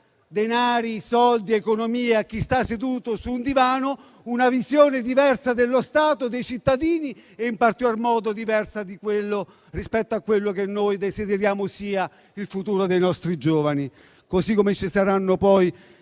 denari, soldi ed economia a chi sta seduto su un divano. È una visione diversa dello Stato e dei cittadini e in particolar modo diversa rispetto a quello che noi desideriamo sia il futuro dei nostri giovani. Ci saranno poi